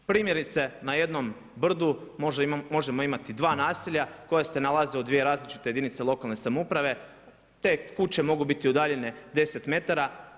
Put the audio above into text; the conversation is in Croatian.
Primjerice na jednom brdu možemo imati dva naselja koja se nalaze u dvije različite jedinice lokalne samouprave, te kuće mogu biti udaljene 10 metara.